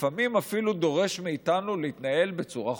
לפעמים אפילו דורש מאיתנו להתנהל בצורה חוקית,